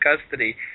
custody